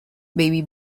baby